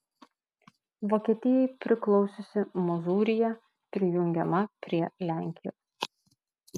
vokietijai priklausiusi mozūrija prijungiama prie lenkijos